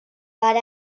per